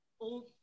old